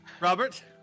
Robert